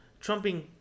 trumping